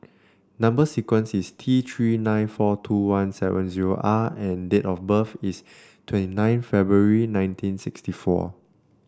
number sequence is T Three nine four two one seven zero R and date of birth is twenty nine February nineteen sixty four